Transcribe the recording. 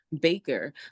baker